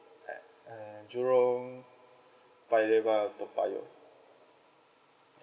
at uh jorung by